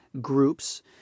groups